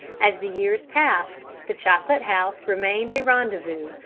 as the years passed the chocolate house remained a rendezvous,